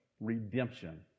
Redemption